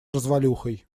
развалюхой